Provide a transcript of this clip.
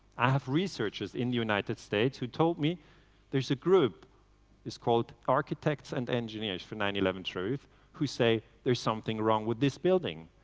i have researchers in the united states who told me there's a group it's called architects and engineers for nine eleven truth who says there's something wrong with this building.